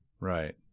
Right